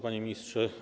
Panie Ministrze!